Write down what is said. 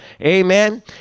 Amen